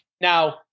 now